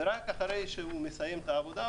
ורק אחרי שהוא מסיים את העבודה,